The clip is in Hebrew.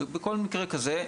וכל מקרה כזה,